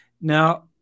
Now